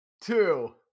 two